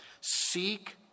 Seek